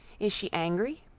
is she angry?